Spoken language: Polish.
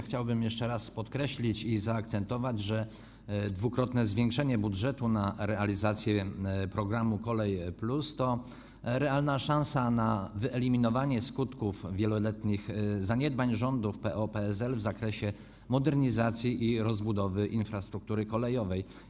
Chciałbym jeszcze raz podkreślić i zaakcentować, że dwukrotne zwiększenie budżetu na realizację programu ˝Kolej+˝ to realna szansa na wyeliminowanie skutków wieloletnich zaniedbań rządów PO-PSL w zakresie modernizacji i rozbudowy infrastruktury kolejowej.